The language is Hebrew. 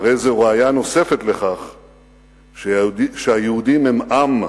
הרי זו ראיה נוספת לכך שהיהודים הם עם.